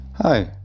Hi